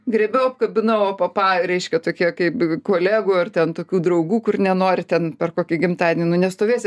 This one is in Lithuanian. griebiau apkabinau opapa reiškia tokie kaip kolegų ar ten tokių draugų kur nenori ten per kokį gimtadienį nu nestovėsi